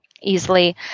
easily